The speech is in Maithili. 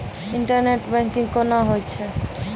इंटरनेट बैंकिंग कोना होय छै?